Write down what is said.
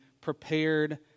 prepared